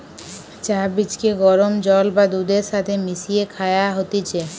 চা বীজকে গরম জল বা দুধের সাথে মিশিয়ে খায়া হতিছে